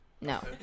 No